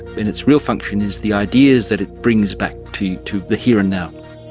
and its real function is the ideas that it brings back to to the here and now.